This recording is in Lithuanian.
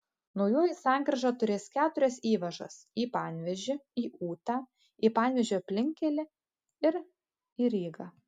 naujoji sankryža turės keturias įvažas į panevėžį į ūtą į panevėžio aplinkkelį ir į rygą